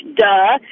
duh